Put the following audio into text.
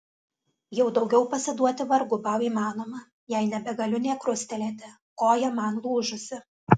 jau daugiau pasiduoti vargu bau įmanoma jei nebegaliu nė krustelėti koja man lūžusi